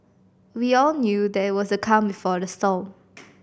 we all knew that it was a calm before the storm